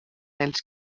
els